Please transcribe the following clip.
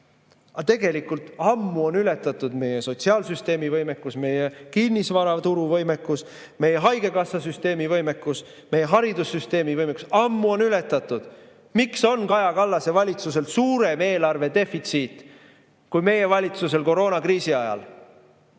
Aga tegelikult on ammu ületatud meie sotsiaalsüsteemi võimekus, meie kinnisvaraturu võimekus, meie haigekassasüsteemi võimekus, meie haridussüsteemi võimekus. Ammu on ületatud! Miks on Kaja Kallase valitsusel suurem eelarvedefitsiit kui meie valitsusel koroonakriisi ajal?